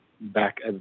back